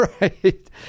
right